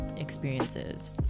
Experiences